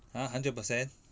!huh! hundred percent